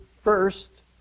first